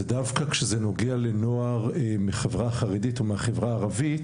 דווקא כשזה נוגע לנוער מהחברה החרדית או מהחברה הערבית